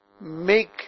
make